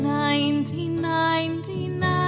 1999